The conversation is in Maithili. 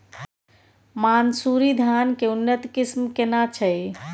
मानसुरी धान के उन्नत किस्म केना छै?